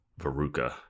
Veruca